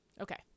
Okay